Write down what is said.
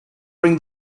bring